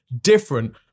different